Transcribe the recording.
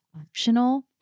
optional